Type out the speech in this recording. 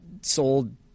sold